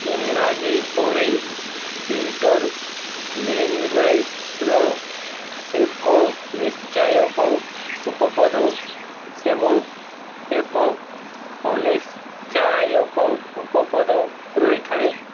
ଇଂରାଜୀ ପରି ଇଣ୍ଟରଲିଙ୍ଗ୍ୱେର ଏକ ନିଶ୍ଚାୟକ ଉପପଦ ଏବଂ ଏକ ଅନିଶ୍ଚାୟକ ଉପପଦ ରହିଥାଏ